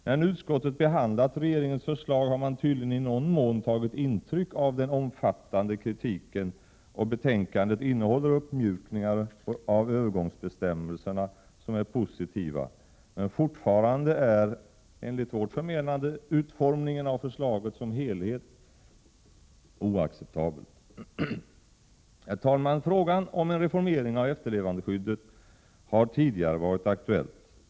När nu utskottet behandlat regeringens förslag har man tydligen i någon mån tagit intryck av den omfattande kritiken, och betänkandet innehåller uppmjukningar av övergångsbestämmelserna som är positiva, men fortfarande är enligt vårt förmenande utformningen av förslaget som helhet oacceptabel. Herr talman! Frågan om en reformering av efterlevandeskyddet har tidigare varit aktuell.